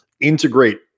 integrate